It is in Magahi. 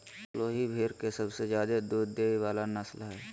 लोही भेड़ के सबसे ज्यादे दूध देय वला नस्ल हइ